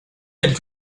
telles